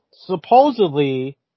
supposedly